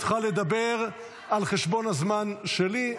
את יכולה לדבר על חשבון הזמן שלי.